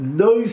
no